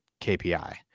KPI